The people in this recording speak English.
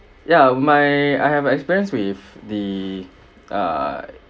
ya my I have experience with the err